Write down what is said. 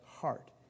heart